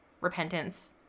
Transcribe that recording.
repentance